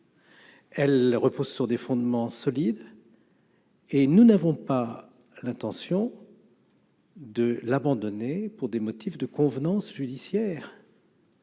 Elle repose sur des fondements solides. Nous n'avons pas l'intention de l'abandonner pour des motifs de convenance judiciaire.